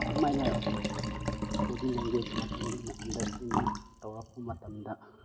ꯑꯗꯨꯝꯍꯥꯏꯅ body language ꯃꯇꯨꯡ ꯏꯟꯅ ꯑꯟꯗ꯭ꯔꯁꯇꯦꯟꯗꯤꯡ ꯇꯧꯔꯛꯄ ꯃꯇꯝꯗ